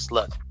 Look